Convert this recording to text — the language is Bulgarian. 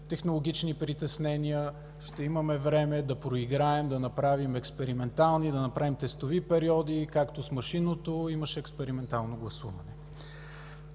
технологични притеснения, ще имаме време да проиграем, да направим експериментални, тестови периоди, както с машинното имаше експериментално гласуване.